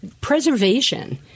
preservation